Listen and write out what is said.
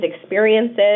experiences